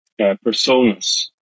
personas